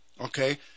Okay